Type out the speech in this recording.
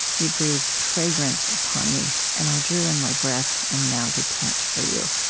you breathed fragrance upon me, and i drew in my breath and now do pant for you.